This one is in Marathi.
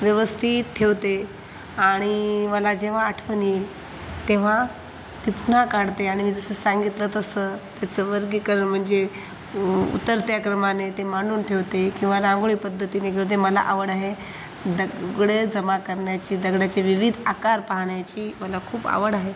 व्यवस्थि त ठेवते आणि मला जेव्हा आठवण येईल तेव्हा ते पुन्हा काढते आणि मी जसं सांगितलं तसं त्याचं वर्गीकरण म्हणजे वु उतरत्या क्रमाने ते मांडून ठेवते किंवा रांगोळी पद्धतीने करते मला आवड आहे दगड जमा करण्याची दगडांचे विविध आकार पाहण्याची मला खूप आवड आहे